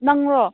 ꯅꯪꯔꯣ